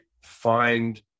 find